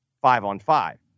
five-on-five